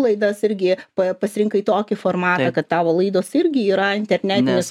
laidas irgi pa pasirinkai tokį formatą kad tavo laidos irgi yra internetinės